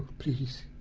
please,